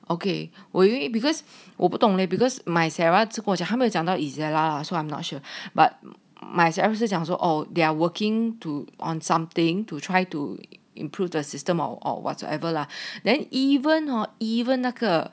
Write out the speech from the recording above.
okay 我以为 because 我不懂 leh because misarah 只跟我讲他没有讲到 ezerra lah so I'm not sure but must misarah 享受 all their working to on something to try to improve their system or or whatsoever lah then even or even 那个